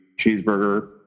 cheeseburger